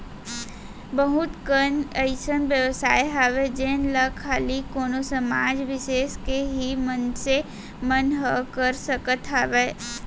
बहुत कन अइसन बेवसाय हावय जेन ला खाली कोनो समाज बिसेस के ही मनसे मन ह कर सकत हावय